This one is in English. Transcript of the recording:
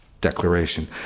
Declaration